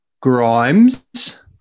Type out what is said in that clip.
Grimes